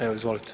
Evo izvolite.